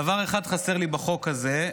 דבר אחד חסר לי בחוק הזה.